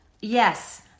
Yes